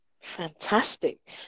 fantastic